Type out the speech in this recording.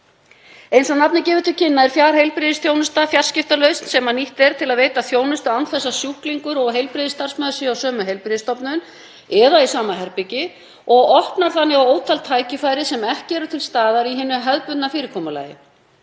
Eins og nafnið gefur til kynna er fjarheilbrigðisþjónusta fjarskiptalausn sem nýtt er til þess að veita þjónustu án þess að sjúklingar og heilbrigðisstarfsmenn séu á sömu heilbrigðisstofnun eða í sama herbergi og opnar þannig á ótal tækifæri sem ekki eru til staðar í hinu hefðbundna fyrirkomulagi.